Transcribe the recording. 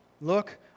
Look